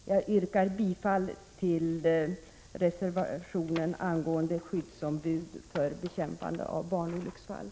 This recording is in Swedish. Jag yrkar bifall till reservationen angående skyddsombud för bekämpande av barnolycksfall.